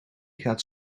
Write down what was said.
gaat